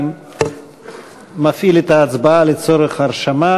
אני מפעיל את ההצבעה לצורך הרשמה.